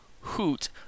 HOOT